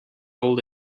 old